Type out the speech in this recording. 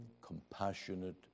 compassionate